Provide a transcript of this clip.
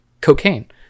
cocaine